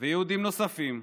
ויהודים נוספים,